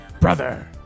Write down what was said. brother